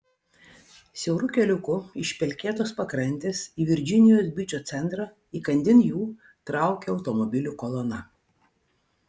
siauru keliuku iš pelkėtos pakrantės į virdžinijos bičo centrą įkandin jų traukė automobilių kolona